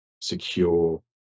secure